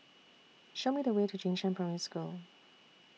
Show Me The Way to Jing Shan Primary School